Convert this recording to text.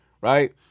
Right